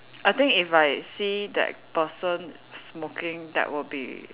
I think if I see that person smoking that would be